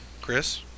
Chris